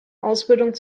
ausbildung